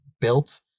built